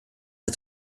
der